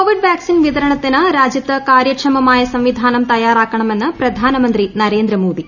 Covid vaccine വിതരണത്തിന് രാജ്യത്ത് കാര്യക്ഷമമായ സംവിധാനം തയ്യാറാക്കണമെന്ന് പ്രധാനമന്ത്രി നരേന്ദ്രമോദി